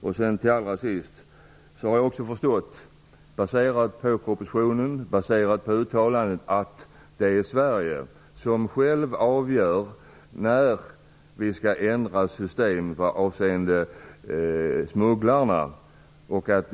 Jag vill allra sist säga att jag av propositionen och gjorda uttalanden har förstått att det är Sverige självt som avgör när vi skall ändra system för ingripanden mot smugglarna.